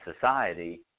society